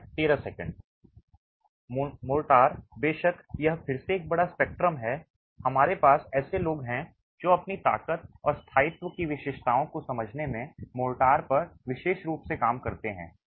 mortar बेशक यह फिर से एक बड़ा स्पेक्ट्रम है हमारे पास ऐसे लोग हैं जो अपनी ताकत और स्थायित्व की विशेषताओं को समझने में मोर्टार पर विशेष रूप से काम करते हैं